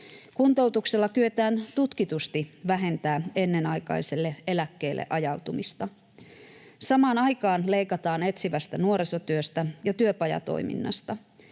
Kuntoutuksella kyetään tutkitusti vähentämään ennenaikaiselle eläkkeelle ajautumista. Samaan aikaan leikataan etsivästä nuorisotyöstä ja työpajatoiminnasta.